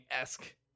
esque